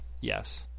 Yes